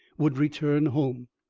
would return home.